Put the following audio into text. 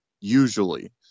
usually